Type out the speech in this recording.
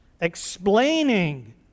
explaining